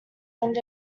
wind